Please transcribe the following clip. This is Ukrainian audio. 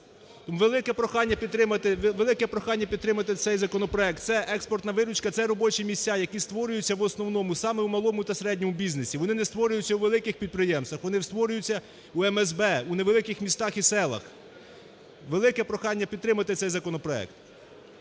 Велике прохання підтримати цей законопроект. Це експортна виручка, це робочі місця, які створюються в основному саме в малому та в середньому бізнесі. Вони не створюються у великих підприємства, вони створюються в МСБ у невеликих містах і селах. Велике прохання підтримати цей законопроект.